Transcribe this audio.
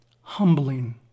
humbling